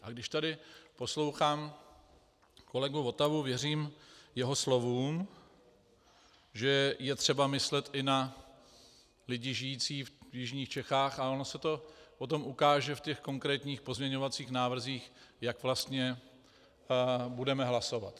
A když tady poslouchám kolegu Votavu, věřím jeho slovům, že je třeba myslet i na lidi žijící v jižních Čechách, a ono se to potom ukáže v těch konkrétních pozměňovacích návrzích, jak vlastně budeme hlasovat.